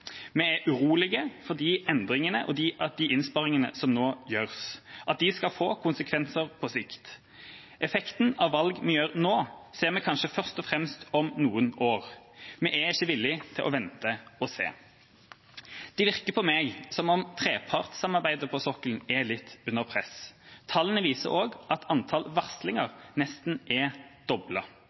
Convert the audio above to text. Vi er urolige for at de endringene og innsparingene som nå gjøres, skal få konsekvenser på sikt. Effekten av valg vi gjør nå, ser vi kanskje først og fremst om noen år. Vi er ikke villige til å vente og se. Det virker på meg som om trepartssamarbeidet på sokkelen er litt under press. Tallene viser også at antall varslinger nesten er